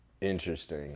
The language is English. Interesting